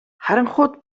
харанхуйд